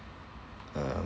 um